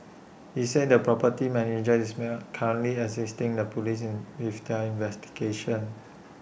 he said the property manager is currently assisting the Police in with their investigations